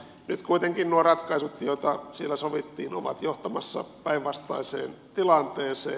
nyt kuitenkin nuo ratkaisut jotka siellä sovittiin ovat johtamassa päinvastaiseen tilanteeseen